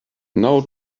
now